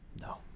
No